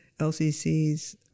LCC's